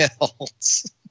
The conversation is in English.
else